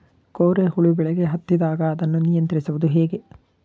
ಕೋರೆ ಹುಳು ಬೆಳೆಗೆ ಹತ್ತಿದಾಗ ಅದನ್ನು ನಿಯಂತ್ರಿಸುವುದು ಹೇಗೆ?